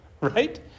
right